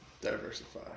Diversify